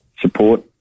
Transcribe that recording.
support